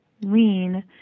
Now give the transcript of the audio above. Lean